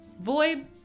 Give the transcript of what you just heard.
Void